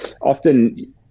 often